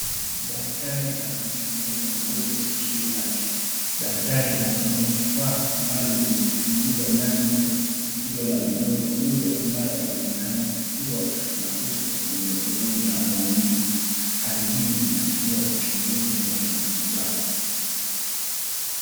Daktari akichunguza mgonjwa sikio lake, daktari anatumia kifaa maalum kuchunguza ndani ya sikio la mgonjwa huyo ambaye anaonekana akiwa na uso wenye husuni au maumivu . Hali hii inaashiria uchunguzi wa kimatibabu.